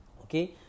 Okay